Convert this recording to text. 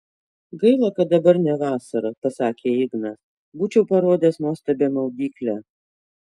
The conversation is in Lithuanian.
gaila kad dabar ne vasara pasakė ignas būčiau parodęs nuostabią maudyklę